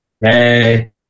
Hey